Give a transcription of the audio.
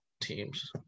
Teams